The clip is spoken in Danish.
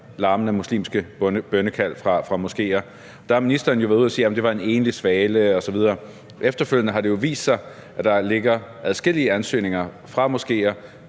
larmende muslimske bønnekald fra moskéer, og der har ministeren jo været ude at sige, at det var en enlig svale osv. Efterfølgende har det jo vist sig, at der ligger adskillige ansøgninger fra moskéer,